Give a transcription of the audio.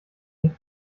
ein